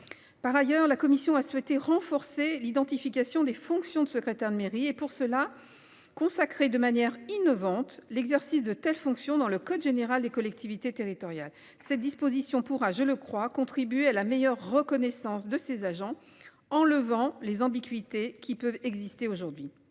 Par ailleurs, la commission a souhaité renforcer l'identification des fonctions de secrétaire de mairie et pour cela, consacré de manière innovante, l'exercice de telles fonction dans le code général des collectivités territoriales, ces dispositions pourra, je le crois, contribué à la meilleure reconnaissance de ses agents en levant les ambiguïtés qui peuvent exister aujourd'hui.